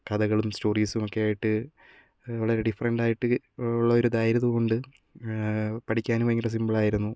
കഥകളും സ്റ്റോറീസും ഒക്കെ ആയിട്ട് വളരെ ഡിഫറൻ്റായിട്ട് ഉള്ള ഒരിതായതുകൊണ്ട് പഠിക്കാനും ഭയങ്കര സിംപിളായിരുന്നു